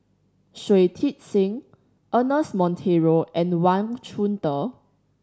Shui Tit Sing Ernest Monteiro and Wang Chunde